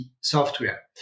software